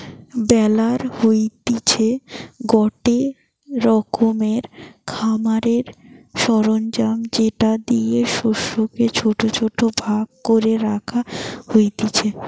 বেলার হতিছে গটে রকমের খামারের সরঞ্জাম যেটা দিয়ে শস্যকে ছোট ছোট ভাগ করে রাখা হতিছে